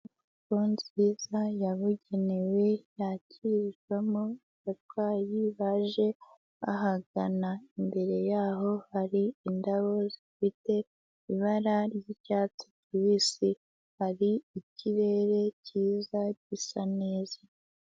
Kurunziza yabugenewe yakirwamo abarwayi baje ba ahagana imbere yaho hari indabo zifite ibara ry'icyatsi kibisi, hari ikirere kiza gisa neza.